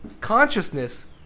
consciousness